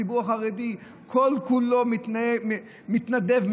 הציבור החרדי כל-כולו מתנדב,